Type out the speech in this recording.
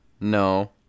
no